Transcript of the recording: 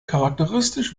charakteristisch